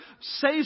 say